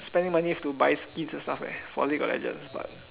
spending money to buy skins and stuff leh for league of legends but